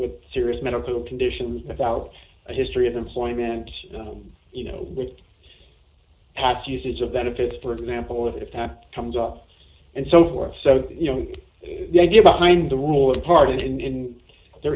with serious medical conditions without a history of employment you know with pat's usage of benefits for example if time comes up and so forth so you know the idea behind the rule of pardon in there